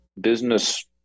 business